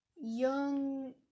Young